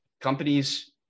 Companies